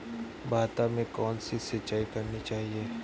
भाता में कौन सी सिंचाई करनी चाहिये?